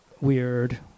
weird